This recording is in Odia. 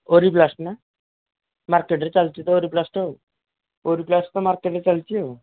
ଓରିପ୍ଲାଷ୍ଟ ନା ମାର୍କେଟରେ ଚାଲିଛି ତ ଓରିପ୍ଲାଷ୍ଟ ଆଉ ଓରିପ୍ଲାଷ୍ଟ ତ ମାର୍କେଟରେ ଚାଲିଛି ଆଉ